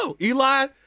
Eli